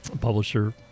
publisher